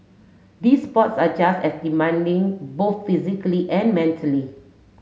these sports are just as demanding both physically and mentally